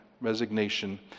Resignation